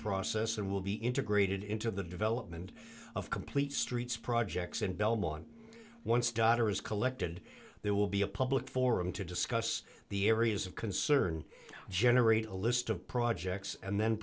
process and will be integrated into the development of complete streets projects in belmont once daughter is collected there will be a public forum to discuss the areas of concern generate a list of projects and then